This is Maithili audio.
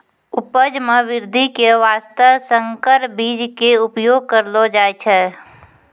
उपज मॅ वृद्धि के वास्तॅ संकर बीज के उपयोग करलो जाय छै